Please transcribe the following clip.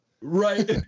Right